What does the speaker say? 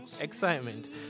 excitement